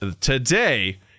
today